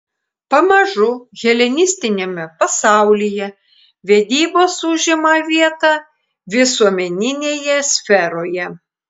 pamažu helenistiniame pasaulyje vedybos užima vietą visuomeninėje sferoje